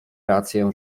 rację